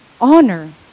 honor